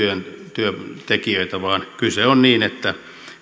työntekijöitä vaan kyse on siitä että